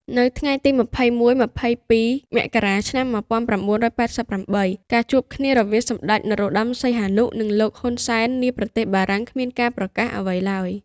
នៅថ្ងៃទី២១-២២ មករា ១៩៨៨ ជាការជួបគ្នារវាងសម្ដេច នរោត្តមសីហនុ និងលោក ហ៊ុនសែន នាប្រទេសបារាំង គ្មានការប្រកាសអ្វីឡើយ។